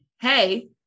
Hey